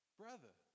brother